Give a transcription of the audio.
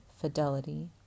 Fidelity